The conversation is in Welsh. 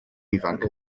ifanc